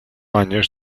años